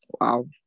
Wow